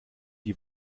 die